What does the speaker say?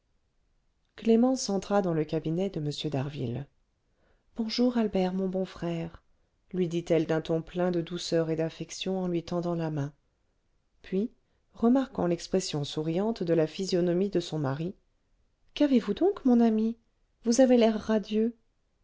clémence entra dans le cabinet de m d'harville bonjour albert mon bon frère lui dit-elle d'un ton plein de douceur et d'affection en lui tendant la main puis remarquant l'expression souriante de la physionomie de son mari qu'avez-vous donc mon ami vous avez l'air radieux